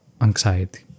anxiety